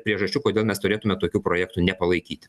priežasčių kodėl mes turėtume tokių projektų nepalaikyt